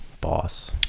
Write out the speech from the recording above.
boss